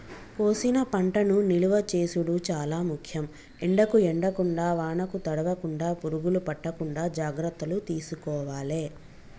కోసిన పంటను నిలువ చేసుడు చాల ముఖ్యం, ఎండకు ఎండకుండా వానకు తడవకుండ, పురుగులు పట్టకుండా జాగ్రత్తలు తీసుకోవాలె